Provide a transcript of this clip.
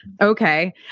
okay